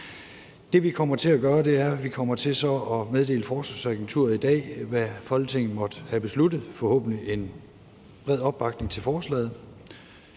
så kommer til at meddele Forsvarsagenturet i dag, hvad Folketinget måtte have besluttet – forhåbentlig en bred opbakning til forslaget